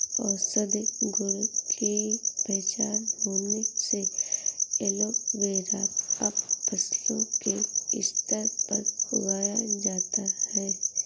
औषधीय गुण की पहचान होने से एलोवेरा अब फसलों के स्तर पर उगाया जाता है